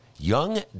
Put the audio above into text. Young